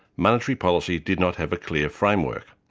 monetary policy did not have a clear framework.